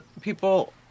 people